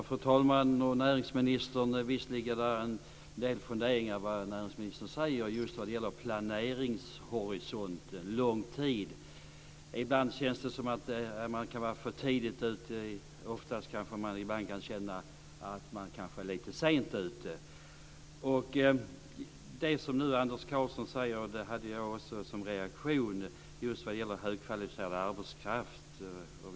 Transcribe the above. Fru talman! Näringsministern ger en del funderingar just vad gäller planeringshorisont och lång tid. Ibland känns det som om man kan vara för tidigt ute. Ofta kanske man kan känna att man är lite sent ute. Det som Anders Karlsson säger om högkvalificerad arbetskraft var också min reaktion.